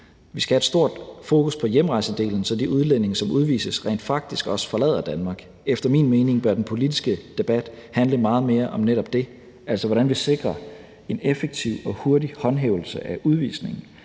Vi skal have et stort fokus på hjemrejsedelen, så de udlændinge, som udvises, rent faktisk også forlader Danmark. Efter min mening bør den politiske debat handle meget mere om netop det, altså hvordan vi sikrer en effektiv og hurtig håndhævelse af udvisningen.